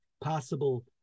possible